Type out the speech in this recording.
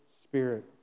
spirit